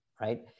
right